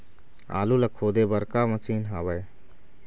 आलू ला खोदे बर का मशीन हावे?